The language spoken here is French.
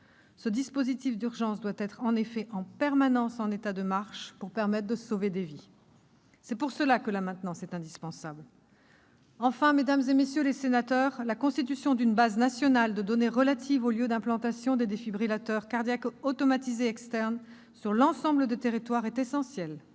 Ce dispositif d'urgence doit être en effet en permanence en état de marche pour permettre de sauver des vies. C'est pour cela que la maintenance est indispensable. Enfin, mesdames, messieurs les sénateurs, la constitution d'une base nationale de données relatives aux lieux d'implantation des défibrillateurs cardiaques automatisés externes sur l'ensemble du territoire est essentielle.